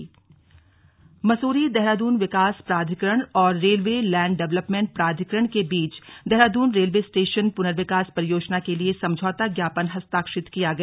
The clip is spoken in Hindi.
एमओयू मसूरी देहरादून विकास प्राधिकरण और रेलवे लैंड डेवेलपमेंट प्राधिकरण के बीच देहरादून रेलवे स्टेशन पुनर्विकास परियोजना के लिए समझौता ज्ञापन हस्तारक्षित किया गया